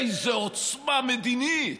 איזו עוצמה מדינית.